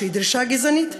שהיא דרישה גזענית במהותה,